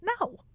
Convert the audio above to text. no